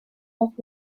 las